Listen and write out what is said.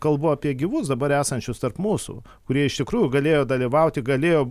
kalbu apie gyvus dabar esančius tarp mūsų kurie iš tikrųjų galėjo dalyvauti galėjo